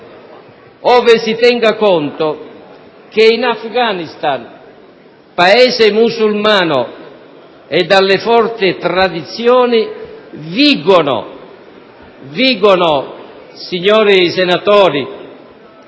ove si tenga conto che in Afghanistan, paese musulmano e dalle forti tradizioni, vigono, signori senatori,